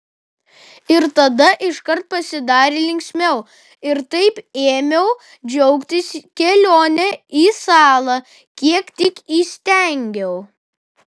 ir tada iškart pasidarė linksmiau ir taip ėmiau džiaugtis kelione į salą kiek tik įstengiau